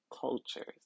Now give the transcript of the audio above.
cultures